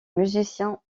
musiciens